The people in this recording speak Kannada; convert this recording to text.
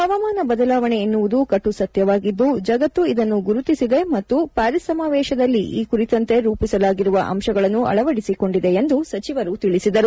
ಹವಾಮಾನ ಬದಲಾವಣೆ ಎನ್ನುವುದು ಕಟು ಸತ್ಯವಾಗಿದ್ದು ಜಗತ್ತು ಇದನ್ನು ಗುರುತಿಸಿದೆ ಮತ್ತು ಪ್ನ್ಹಾರಿಸ್ ಸಮಾವೇಶದಲ್ಲಿ ಈ ಕುರಿತಂತೆ ರೂಪಿಸಲಾಗಿರುವ ಅಂಶಗಳನ್ನು ಅಳವಡಿಸಿಕೊಂಡಿದೆ ಎಂದು ಸೆಚಿವರು ತಿಳಿಸಿದರು